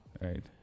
right